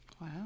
Wow